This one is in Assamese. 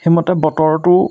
সেইমতে বতৰটো